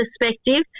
perspective